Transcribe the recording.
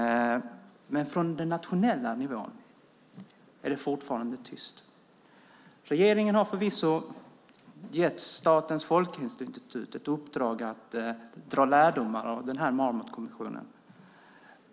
Men från den nationella nivån är det fortfarande tyst. Regeringen har förvisso gett Statens folkhälsoinstitut i uppdrag att dra lärdomar av Marmotkommissionen.